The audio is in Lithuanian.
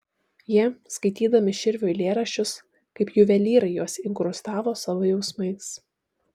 jie skaitydami širvio eilėraščius kaip juvelyrai juos inkrustavo savo jausmais